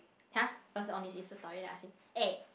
har it was on his Insta Story then I ask him eh